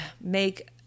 make